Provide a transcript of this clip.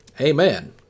Amen